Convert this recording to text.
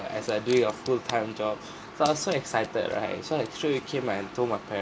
as I doing a full time job so I was so excited right so like straight away came and told my parent